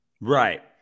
Right